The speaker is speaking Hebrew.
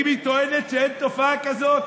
אם היא טוענת שאין תופעה כזאת,